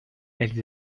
elles